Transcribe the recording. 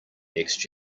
next